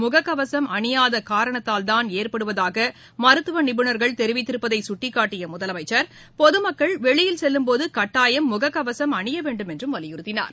முகக் கவசம் அணியாத காரணத்தால்தான் ஏற்படுவதாக மருத்துவ நிபுணர்கள் தெரிவித்திருப்பதை சுட்டிக்காட்டிய முதலமைச்சர் பொது மக்கள் வெளியில் செல்லும் போது கட்டாயம் முகக்கவசம் அணிய வேண்டும் என்று வலியுறுத்தினார்